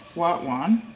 white wine,